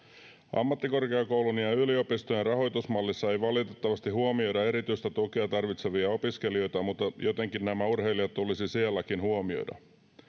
ammattikorkeakoulun ja ja yliopistojen rahoitusmallissa ei valitettavasti huomioida erityistä tukea tarvitsevia opiskelijoita mutta jotenkin nämä urheilijat tulisi sielläkin huomioida